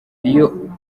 iyo